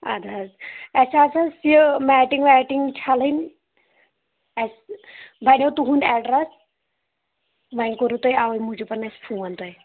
اَدٕ حظ اَسہِ حظ ٲسۍ یہِ میٹِنٛگ ویٹِنٛگ چھلٕنۍ اَسہِ بَنیٚو تُہُنٛد ایڈرَس وۅنۍ کوٚروٕ تۄہہِ اَوے موٗجوٗب اَسہِ فون تۅہہِ